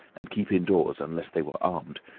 and keep indoors unless they were armed,